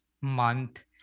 month